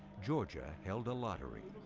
georgia held a lottery.